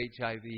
HIV